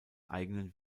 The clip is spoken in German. eigenen